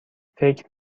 فکر